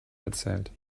erzählt